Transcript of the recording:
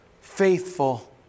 faithful